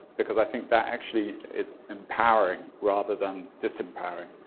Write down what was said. because i think that actually is empowering rather than dis-empowering.